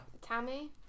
Tammy